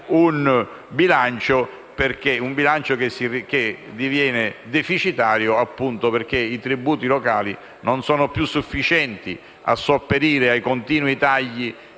un bilancio, che diviene deficitario appunto perché i tributi locali non sono più sufficienti a sopperire ai continui tagli